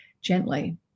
gently